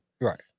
Right